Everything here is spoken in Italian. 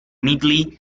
medley